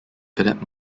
cadet